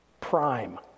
Prime